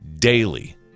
daily